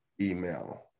email